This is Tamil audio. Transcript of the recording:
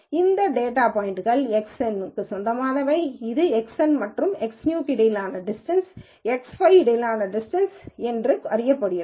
இது டேட்டா பாய்ன்ட் Xn சொந்தமானது எனவே இது Xn மற்றும் Xபுதிய இடையிலான டிஸ்டன்ஸ் X5க்கு இடையிலான டிஸ்டன்ஸ் என அறியப்படுகிறது